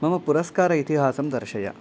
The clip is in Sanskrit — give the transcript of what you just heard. मम पुरस्कारस्य इतिहासं दर्शय